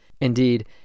Indeed